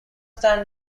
stand